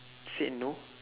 said no